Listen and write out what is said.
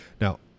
now